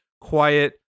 quiet